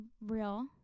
Real